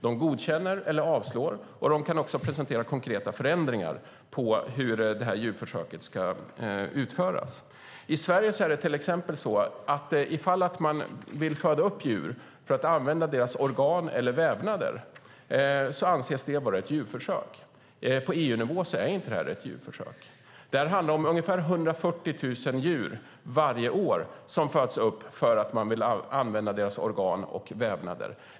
De godkänner eller avslår och kan också presentera konkreta förändringar av hur djurförsöket ska utföras. Om man i Sverige vill föda upp djur för att använda deras organ eller vävnader anses det vara ett djurförsök. På EU-nivå är det inte ett djurförsök. Det handlar om 140 000 djur varje år som föds upp för att man vill använda deras organ och vävnader.